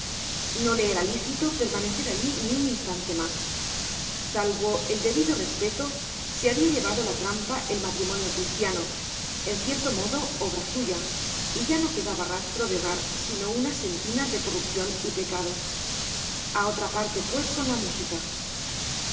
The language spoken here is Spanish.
no le era lícito permanecer allí ni un instante más salvo el debido respeto se había llevado la trampa el matrimonio cristiano en cierto modo obra suya y ya no quedaba rastro de hogar sino una sentina de corrupción y pecado a otra parte pues con la música